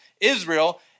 Israel